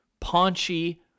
paunchy